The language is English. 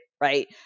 right